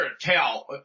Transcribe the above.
tell